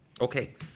Okay